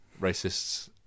racists